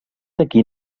d’aquí